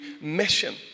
mission